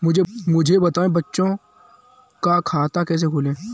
मुझे बताएँ बच्चों का खाता कैसे खोलें?